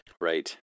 Right